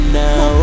now